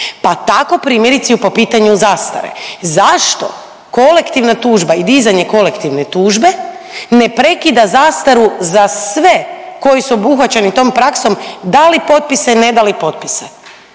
pa tako primjerice i po pitanju zastare. Zašto kolektivna tužba i dizanje kolektivne tužbe ne prekida zastaru za sve koji su obuhvaćeni tom praksom, dali potpise, ne dali potpise?